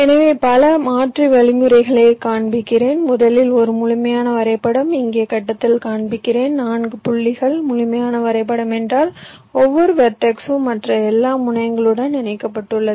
எனவே பல மாற்று வழிகளைக் காண்பிக்கிறேன் முதலில் ஒரு முழுமையான வரைபடம் இங்கே கட்டத்தில் காண்பிக்கிறேன் 4 புள்ளிகள் முழுமையான வரைபடம் என்றால் ஒவ்வொரு வெர்டெக்ஸும் மற்ற எல்லா முனையங்களுடனும் இணைக்கப்பட்டுள்ளது